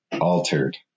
altered